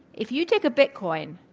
if you take a bitcoin,